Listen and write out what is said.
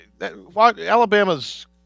Alabama's